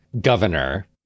governor